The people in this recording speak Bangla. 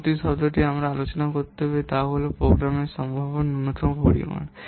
পরবর্তী শব্দটি যা আমাদের আলোচনা করতে হবে তা হল প্রোগ্রামের সম্ভাব্য ন্যূনতম পরিমাণ